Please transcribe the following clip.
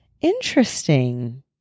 Interesting